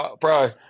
Bro